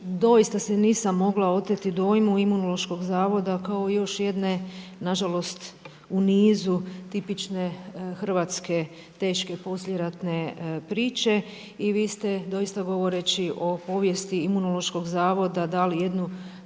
doista se nisam mogla oteti dojmu Imunološkog zavoda kao i još jedne nažalost u nizu tipične hrvatske teške poslijeratne priče i vi ste doista govoreći o povijesti Imunološkog zavoda dali jednu